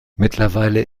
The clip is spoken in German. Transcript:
mittlerweile